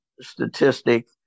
statistic